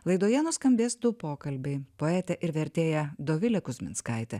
laidoje nuskambės du pokalbiai poetė ir vertėja dovilė kuzminskaitė